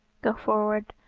go forward.